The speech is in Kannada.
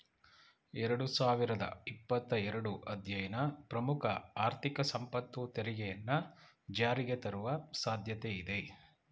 ಎರಡು ಸಾವಿರದ ಇಪ್ಪತ್ತ ಎರಡು ಅಧ್ಯಯನ ಪ್ರಮುಖ ಆರ್ಥಿಕ ಸಂಪತ್ತು ತೆರಿಗೆಯನ್ನ ಜಾರಿಗೆತರುವ ಸಾಧ್ಯತೆ ಇದೆ